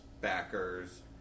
backers